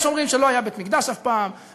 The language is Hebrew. יש שאומרים שלא היה בית-מקדש אף פעם,